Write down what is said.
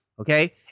Okay